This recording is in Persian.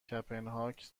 کپنهاک